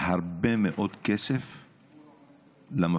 הרבה מאוד כסף למפעילים.